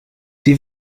die